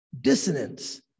dissonance